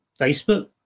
Facebook